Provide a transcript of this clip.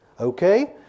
okay